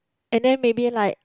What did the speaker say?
and then maybe like